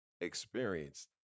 experienced